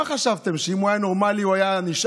מה חשבתם, שאם הוא היה נורמלי הוא היה נשאר?